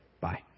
Bye